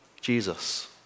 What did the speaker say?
Jesus